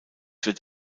wird